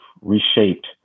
reshaped